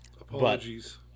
Apologies